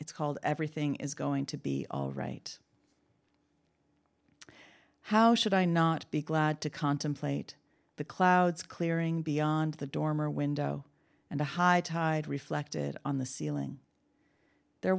it's called everything is going to be all right how should i not be glad to contemplate the clouds clearing beyond the dormer window and the high tide reflected on the ceiling there